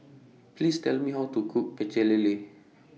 Please Tell Me How to Cook Pecel Lele